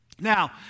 Now